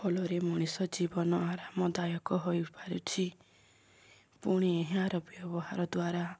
ଫଳରେ ମଣିଷ ଜୀବନ ଆରାମଦାୟକ ହୋଇପାରୁଛି ପୁଣି ଏହାର ବ୍ୟବହାର ଦ୍ୱାରା